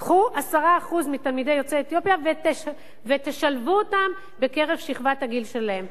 קחו 10% מתלמידי יוצאי אתיופיה ושלבו אותם בקרב שכבת הגיל שלהם,